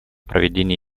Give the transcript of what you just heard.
проведение